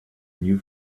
new